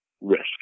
risk